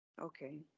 okay